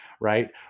right